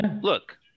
Look